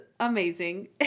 Amazing